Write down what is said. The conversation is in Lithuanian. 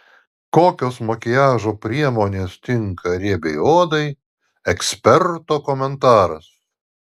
kokios makiažo priemonės tinka riebiai odai eksperto komentaras